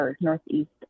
northeast